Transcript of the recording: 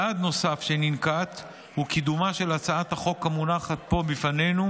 צעד נוסף שננקט הוא קידומה של הצעת החוק המונחת פה בפנינו,